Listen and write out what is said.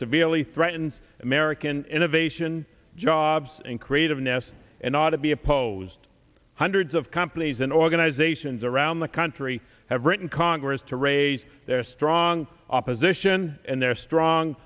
severely threatens american innovation jobs and creativeness and ought to be opposed hundreds of companies and organizations around the country have written congress to raise their strong opposition and their strong